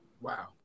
Wow